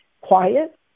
quiet